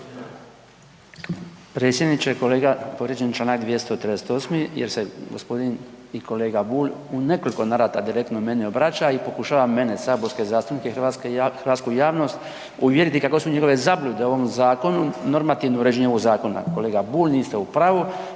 Kolega povrijeđen je čl. 238. jer se gospodin i kolega Bulj u nekoliko navrata direktno meni obraća i pokušava mene i saborske zastupnike i hrvatsku javnost uvjeriti kako su njegove zablude u ovom zakonu normativno uređenje ovog zakona. Kolega Bulj, niste u pravu.